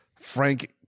Frank